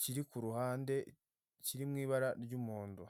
kiri ku ruhande, kiri mu ibara ry'umuhondo.